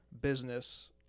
Business